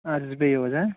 ادٕ حظ بِہیٛو حظ